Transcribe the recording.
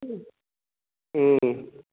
हुँ